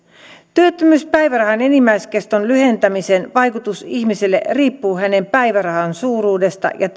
työttömyyspäivärahan enimmäiskeston lyhentämisen vaikutus ihmiselle riippuu hänen päivärahansa suuruudesta ja